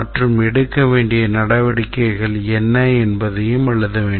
மற்றும் எடுக்க வேண்டிய நடவடிக்கை என்ன என்பதையும் எழுத வேண்டும்